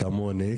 כמוני,